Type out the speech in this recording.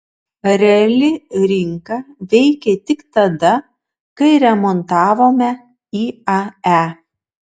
reali rinka veikė tik tada kai remontavome iae